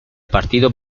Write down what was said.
partido